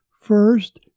First